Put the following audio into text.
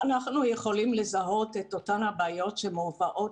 אנחנו יכולים לזהות את אותן הבעיות שמובאות